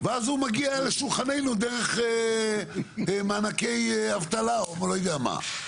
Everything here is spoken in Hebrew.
ואז הוא מגיע לשולחננו דרך מענקי אבטלה או לא יודע מה.